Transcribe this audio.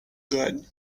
good